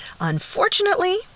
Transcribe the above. Unfortunately